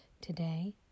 Today